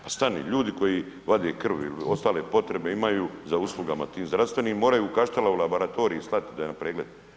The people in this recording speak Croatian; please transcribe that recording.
Pa stani, ljudi koji vade krv ili ostale potrebe imaju za uslugama tim zdravstvenim moraju u Kaštela u laboratorij slati na pregled.